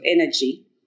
energy